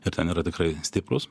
ir ten yra tikrai stiprūs